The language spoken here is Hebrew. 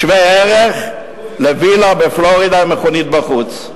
שהיא שוות-ערך לווילה בפלורידה עם מכונית בחוץ.